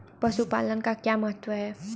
पशुपालन का क्या महत्व है?